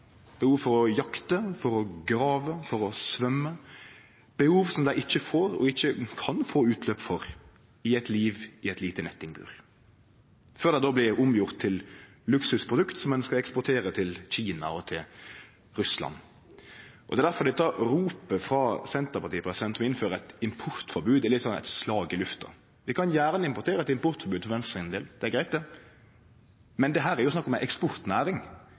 behov: behov for å jakte, for å grave, for å symje; behov som dei ikkje får og ikkje kan få utløp for i eit liv i eit lite nettingbur – før dei blir gjorde om til luksusprodukt som skal eksporterast til Kina og til Russland. Det er difor dette ropet frå Senterpartiet om å innføre eit importforbod er eit slag i lufta. Vi kan gjerne innføre eit importforbod for Venstres del, det er greitt. Men her er det snakk om ei eksportnæring.